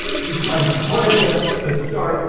that you find one of them to start,